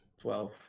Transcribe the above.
twelve